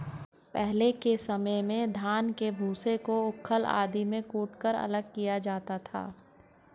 पहले के समय में धान के भूसे को ऊखल आदि में कूटकर अलग किया जाता था